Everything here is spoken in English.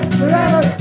forever